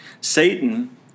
Satan